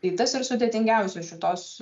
tai tas ir sudėtingiausia šitos